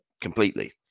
completely